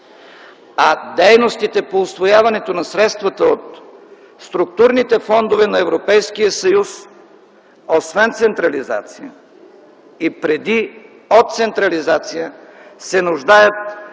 а дейностите по усвояването на средствата от структурните фондове на Европейския съюз освен централизацията и преди централизацията се нуждаят